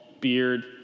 beard